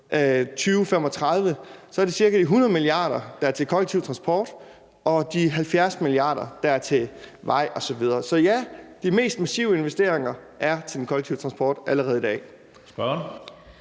2035, så er det cirka de 100 mia. kr., der er til den kollektive transport, og de 70 mia. kr., der er til veje osv. Så ja, de mest massive investeringer går allerede i dag til den kollektive transport. Kl.